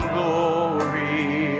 glory